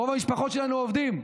ברוב המשפחות שלנו עובדים,